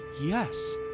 Yes